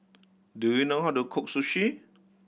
do you know how to cook Sushi